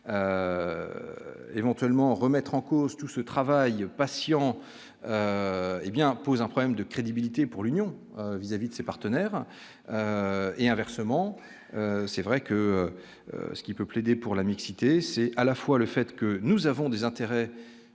éventuellement remettre en cause tout ce travail patient et bien pose un problème de crédibilité pour l'Union vis-à-vis de ses partenaires et inversement, c'est vrai que ce qui peut plaider pour la mixité, c'est à la fois le fait que nous avons des intérêts